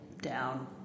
down